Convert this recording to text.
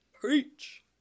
Preach